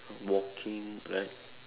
walking like